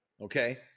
okay